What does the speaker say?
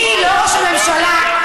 אני לא ראש הממשלה,